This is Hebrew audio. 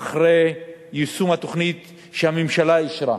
אחרי יישום התוכנית שהממשלה אישרה,